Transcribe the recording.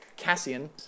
Cassian